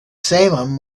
salem